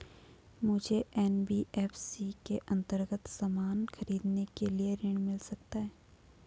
मुझे एन.बी.एफ.सी के अन्तर्गत सामान खरीदने के लिए ऋण मिल सकता है?